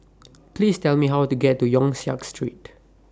Please Tell Me How to get to Yong Siak Street